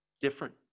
Different